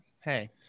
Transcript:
hey